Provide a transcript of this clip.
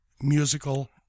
musical